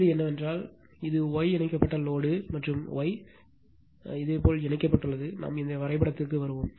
கேள்வி என்னவென்றால் இது Y இணைக்கப்பட்ட லோடு மற்றும் Y இதேபோல் இணைக்கப்பட்டுள்ளது நாம் இந்த வரைபடத்திற்கு வருவோம்